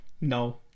No